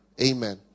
Amen